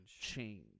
change